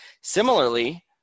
Similarly